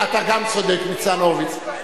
אתה גם צודק, ניצן הורוביץ.